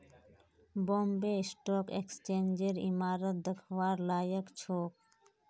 Bombay stock एक्सचेंजेर इमारत दखवार लायक छोक